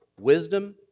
wisdom